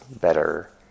better